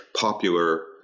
popular